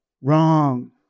Wrong